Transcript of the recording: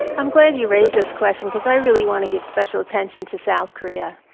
i'm glad you raised this question because i really want to give special attention to south korea.